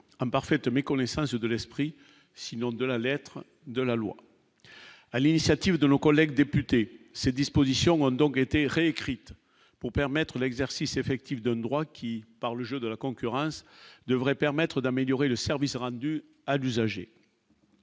imparfaite méconnaissance de l'esprit, sinon de la lettre de la loi, à l'initiative de nos collègues députés, ces dispositions ont donc été réécrite pour permettre l'exercice effectif donne droit qui par le jeu de la concurrence devrait permettre d'améliorer le service rendu à l'usager,